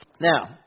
Now